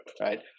right